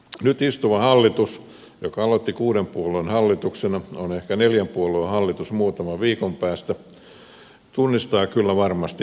nyt istuva hallitus joka aloitti kuuden puolueen hallituksena on ehkä neljän puolueen hallitus muutaman viikon päästä tunnistaa kyllä varmasti edellä mainitut ongelmat